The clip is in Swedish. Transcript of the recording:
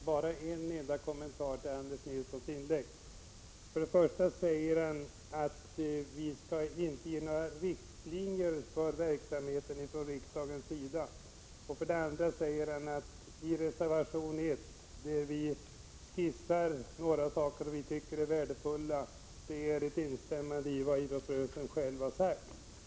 Fru talman! Anders Nilsson säger för det första att riksdagen inte skall ge några riktlinjer för verksamheten. För det andra säger han att när vi i reservation 1 skisserar några saker som vi tycker är värdefulla, är det ett instämmande i vad idrottsrörelsen själv har sagt.